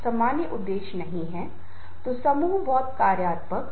अपनी भाषा में लोगों से बात करना महत्वपूर्ण है